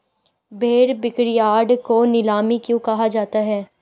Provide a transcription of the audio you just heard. भेड़ बिक्रीयार्ड को नीलामी क्यों कहा जाता है?